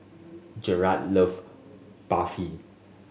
Garett love Barfi